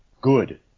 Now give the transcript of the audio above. Good